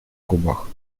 губах